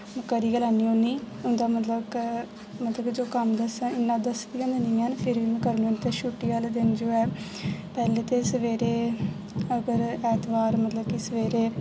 करी गै लेन्नी हुन्नी उन्दा मतलब क मतलब कि जो कम्म दसदे इन्ना दसदियां नेईं हैन फेर बी में करनी होन्नी ते छुट्टी आह्ले दिन जो ऐ पैह्ले ते सबेरे अगर ऐतबार मतलब कि सबेरे